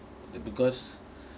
the because